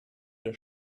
das